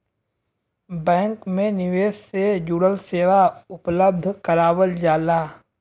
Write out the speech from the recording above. bank में निवेश से जुड़ल सेवा उपलब्ध करावल जाला